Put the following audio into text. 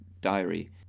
diary